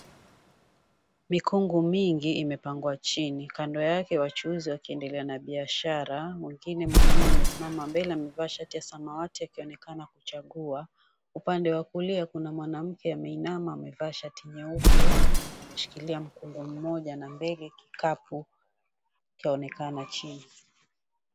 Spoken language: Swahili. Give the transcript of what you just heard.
Mikungu mingi imepangwa chini. Kando yake wachuuzi wakiendelea na biashara mwingine mwanaume amesimama mbele amevaa shati ya samawati akionekana kuchagua. Upande wa kulia kuna mwanamke ameinama amevaa shati nyeupe ameshikilia mkungu mmoja na mbele kikapu chaonekana chini.